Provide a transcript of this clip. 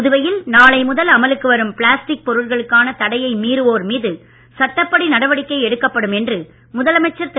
புதுவையில் நாளை முதல் அமலுக்கு வரும் பிளாஸ்டிக் பொருட்களுக்கான தடை மீறுவோர் மீது சட்டப்படி நடவடிக்கை எடுக்கப்படும் என்று முதலமைச்சர் திரு